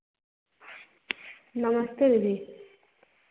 नमस्ते दीदी